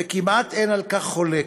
וכמעט אין על כך חולק,